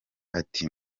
ati